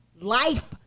life